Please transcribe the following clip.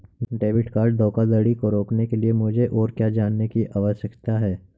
Debit card धोखाधड़ी को रोकने के लिए मुझे और क्या जानने की आवश्यकता है?